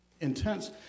intense